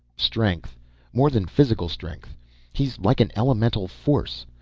strength more than physical strength he's like an elemental force.